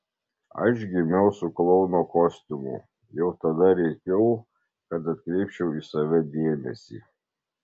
aš gimiau su klouno kostiumu jau tada rėkiau kad atkreipčiau į save dėmesį